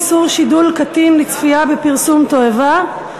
איסור שידול קטין לצפייה בפרסום תועבה),